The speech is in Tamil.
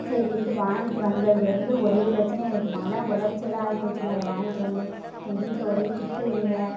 சரின்ட்டு வாங்கிட்டு வந்ததுலேருந்து ஒரே பிரச்சினை எனக்கு மன உளச்சல் ஆயிப் போச்சுங்க அதை வாங்கிட்டு வந்து எங்கள் வீட்டில் ஒரே திட்டு என்னை